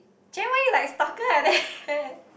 Jen why you like stalker like that